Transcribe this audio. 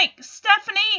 Stephanie